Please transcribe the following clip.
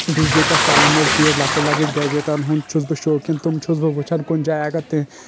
بجلی پٮ۪ٹھ چلان وٲلۍ چیٖز لکٕٹۍ لکٕٹۍ گیٚجٹن ہُنٛد چھُس بہٕ شوقیٖن تم چھُس بہٕ وٕچھان کُنہِ جایہِ اگر تہِ